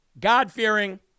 God-fearing